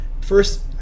First